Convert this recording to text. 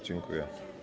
Dziękuję.